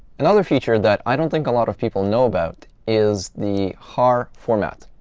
another feature that i don't think a lot of people know about is the har format.